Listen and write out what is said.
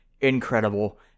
incredible